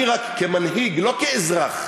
אני רק, כמנהיג, לא כאזרח,